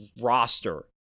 roster